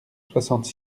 soixante